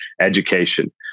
education